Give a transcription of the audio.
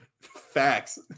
Facts